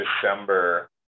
December